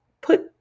put